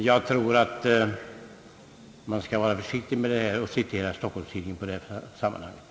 Jag anser att vi bör vara försiktiga i detta fall med att citera vad som skrivs i tidningen.